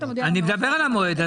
אני מדבר על המועד הזה.